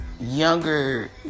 younger